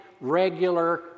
regular